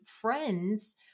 friends